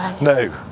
No